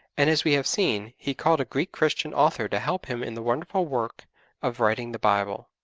and as we have seen, he called a greek christian author to help him in the wonderful work of writing the bible.